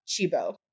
Chibo